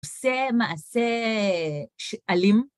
עושה מעשה אלים